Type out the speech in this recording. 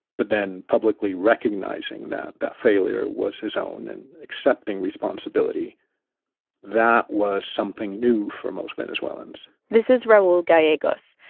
but then publicly recognizing that that failure was his own and accepting responsibility that was something new for most venezuelans this is raul gallegos.